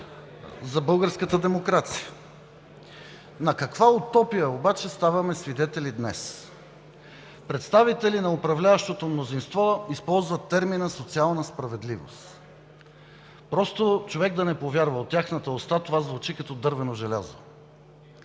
за българската демокрация. На каква утопия обаче ставаме свидетели днес?! Представители на управляващото мнозинство използват термина „социална справедливост“ – човек просто да не повярва! От тяхната уста това звучи почти като „дървено желязо“!